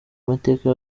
amateka